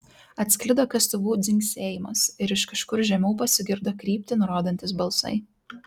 atsklido kastuvų dzingsėjimas ir iš kažkur žemiau pasigirdo kryptį nurodantys balsai